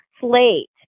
slate